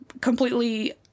completely